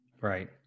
Right